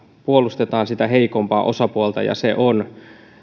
puolustetaan sitä heikompaa osapuolta ja se on